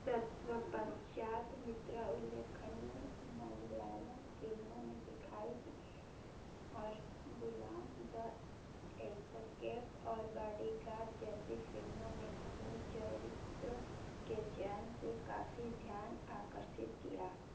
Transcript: तत्पश्चात मित्रा उल्लेखनीय मलयालम फिल्मों में दिखाई दी और गुलाम द एस्केप और बॉडीगार्ड जैसी फिल्मों में अपने चरित्रों के चयन से काफ़ी ध्यान आकर्षित किया